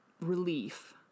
relief